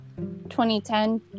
2010